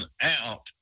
out